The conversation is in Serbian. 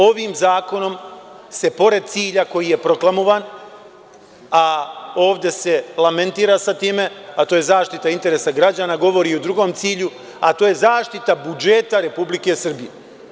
Ovim zakonom se pored cilja koji je proklamovan, a ovde se lamentira sa time, a to je zaštita interesa građana, govori u drugom cilju, a to je zaštita budžeta RS.